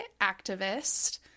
activist